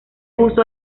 uso